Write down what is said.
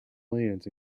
lands